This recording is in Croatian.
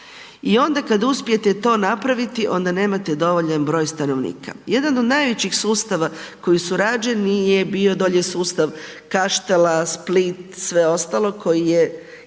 I onda kada uspijete to napraviti onda nemate dovoljan broj stanovnika. Jedan od najvećih sustava koji su rađeni je bio dolje sustav Kaštela, Split, sve ostalo koji je i pušten